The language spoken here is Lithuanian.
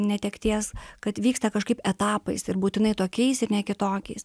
netekties kad vyksta kažkaip etapais ir būtinai tokiais ir ne kitokiais